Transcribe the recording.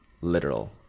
literal